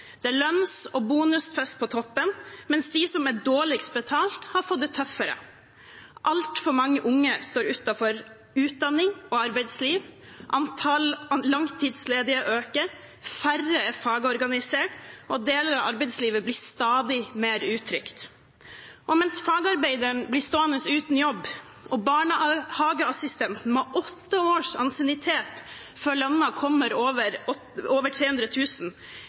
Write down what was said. Det er lønns- og bonusfest på toppen, mens de som er dårligst betalt, har fått det tøffere. Altfor mange unge står utenfor utdanning og arbeidsliv, antall langtidsledige øker, færre er fagorganisert, og deler av arbeidslivet blir stadig mer utrygt. Og mens fagarbeideren blir stående uten jobb, og barnehageassistenten må ha åtte års ansiennitet før lønnen kommer over 300 000 kr, eier de 10 pst. rikeste i Norge over